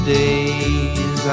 days